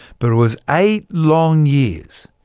but it was eight long years,